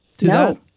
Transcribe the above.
No